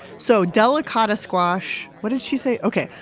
so delicata squash, what did she say? okay.